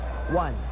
one